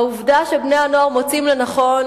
העובדה שבני-הנוער מוצאים לנכון